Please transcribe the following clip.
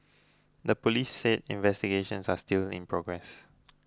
the police said investigations are still in progress